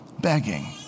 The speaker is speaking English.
begging